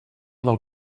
del